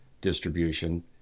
distribution